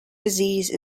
disease